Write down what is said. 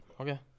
Okay